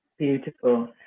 beautiful